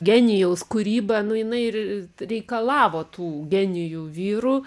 genijaus kūryba nu jinai ir reikalavo tų genijų vyrų